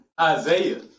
Isaiah